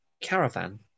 Caravan